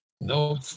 No